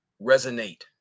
resonate